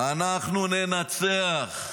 אנחנו ננצח.